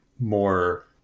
more